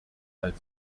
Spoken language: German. als